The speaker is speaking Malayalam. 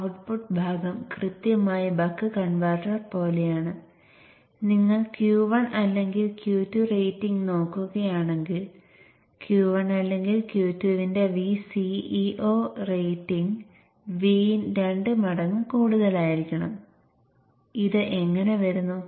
Q3 ഉം Q2 ഉം ഓണായിരിക്കുമ്പോൾ Vp യിലേക്ക് നിങ്ങൾക്ക് n തവണ Vin വരുന്നു